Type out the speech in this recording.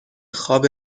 خواب